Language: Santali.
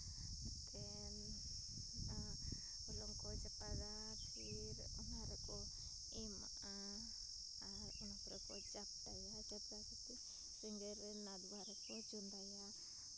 ᱪᱟᱯᱟᱫ ᱠᱟᱛᱮᱱ ᱦᱚᱞᱚᱝ ᱠᱚ ᱪᱟᱯᱟᱫᱟ ᱯᱷᱤᱨ ᱚᱱᱟ ᱨᱮᱠᱚ ᱮᱢᱟᱜᱼᱟ ᱟᱨ ᱚᱱᱟ ᱯᱚᱨᱮ ᱠᱚ ᱪᱟᱯᱴᱟᱭᱟ ᱪᱟᱯᱴᱟ ᱠᱟᱛᱮ ᱥᱮᱸᱜᱮᱞ ᱨᱮ ᱱᱟᱫᱣᱟ ᱨᱮᱠᱚ ᱪᱚᱸᱫᱟᱭᱟ